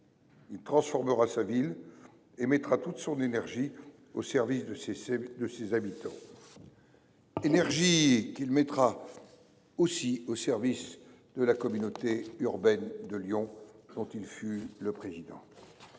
Il transformera sa ville et mettra toute son énergie au service de ses habitants ; énergie qu’il mettra aussi au service de la communauté urbaine de Lyon, dont il fut le président.